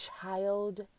child